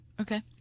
Okay